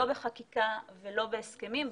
לא בחקיקה ולא בהסכמים.